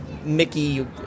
mickey